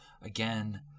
again